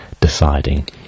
deciding